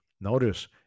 Notice